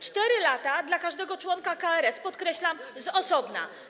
4 lata dla każdego członka KRS, podkreślam, z osobna.